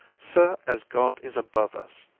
sir, as god is above us,